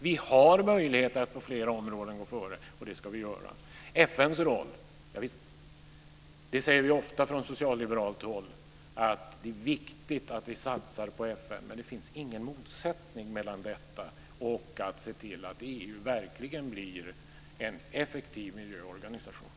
Vi har möjlighet att gå före på flera områden, och det ska vi göra. FN:s roll talar vi ofta om från socialliberalt håll. Vi säger att det är viktigt att vi satsar på FN. Men det finns ingen motsättning mellan detta och att se till att EU verkligen blir en effektiv miljöorganisation.